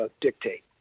dictate